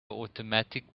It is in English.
automatic